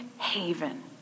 haven